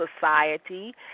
society